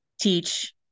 teach